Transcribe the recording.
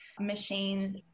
machines